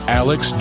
alex